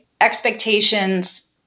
Expectations